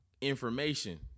information